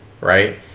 Right